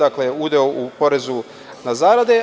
Dakle, udeo u porezu na zarade.